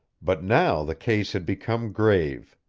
but now the case had become grave.